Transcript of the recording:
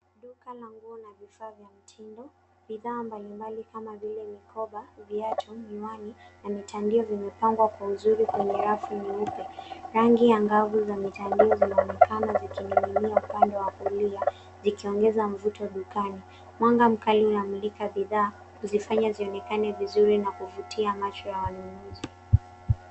Duka la nguo na vifaa vya mtindo. Bidhaa mbali mbali kama vile: mikoba, viatu, miwani na mitandio vimepangwa kwa uzuri kwenye rafu nyeupe. Rangi angavu za mitandio zinaonekana zikining'inia upande wa kulia zikiongeza mvuto dukani. Mwanga mkali unamulika bidhaa kuzifanya zionekane vizuri na kuvutia macho ya wanunuzi.